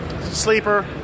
Sleeper